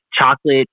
chocolate